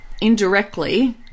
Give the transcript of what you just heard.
indirectly